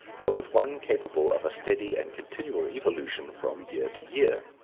but with one capable of a steady and continual evolution from year to year.